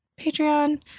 Patreon